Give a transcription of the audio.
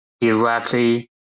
directly